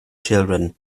children